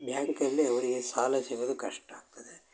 ಬ್ಯಾಂಕಲ್ಲಿ ಅವರಿಗೆ ಸಾಲ ಸಿಗೋದು ಕಷ್ಟ ಆಗ್ತದೆ